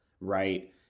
right